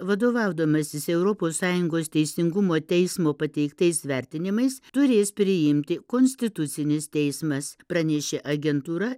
vadovaudamasis europos sąjungos teisingumo teismo pateiktais vertinimais turės priimti konstitucinis teismas pranešė agentūra